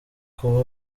kuba